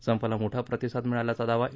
संपाला मोठा प्रतिसाद मिळाल्याचा दावा इ